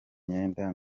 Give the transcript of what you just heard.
myenda